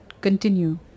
continue